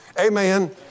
Amen